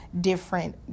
different